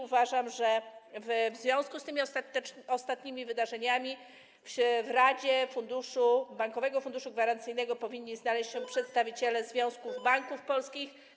Uważam, że w związku z tymi ostatnimi wydarzeniami w Radzie Bankowego Funduszu Gwarancyjnego powinni znaleźć się przedstawiciele Związku Banków Polskich.